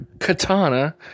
Katana